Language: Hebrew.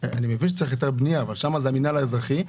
אני מבין שצריך היתר בנייה אבל שם זה המינהל האזרחי,